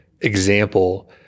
example